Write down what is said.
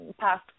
past